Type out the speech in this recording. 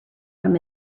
from